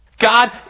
God